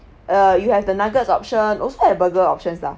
uh you have the nuggets option also have burger options lah